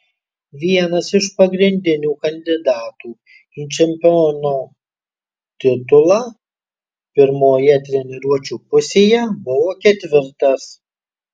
vienas iš pagrindinių kandidatų į čempiono titulą pirmoje treniruočių pusėje buvo ketvirtas